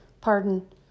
pardon